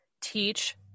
teach